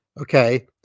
Okay